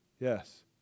Yes